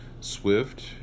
swift